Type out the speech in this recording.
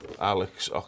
Alex